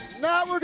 now,